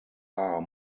are